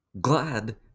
glad